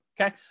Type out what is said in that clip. okay